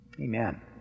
amen